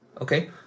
Okay